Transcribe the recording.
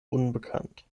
unbekannt